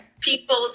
people